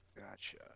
Gotcha